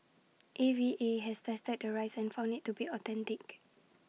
A V A has tested the rice and found IT to be authentic